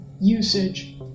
usage